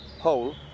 Hole